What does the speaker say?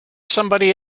somebody